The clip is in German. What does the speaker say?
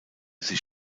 sich